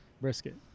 brisket